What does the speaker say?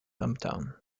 hometown